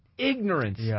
Ignorance